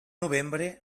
novembre